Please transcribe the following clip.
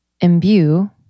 imbue